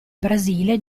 brasile